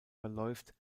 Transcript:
verläuft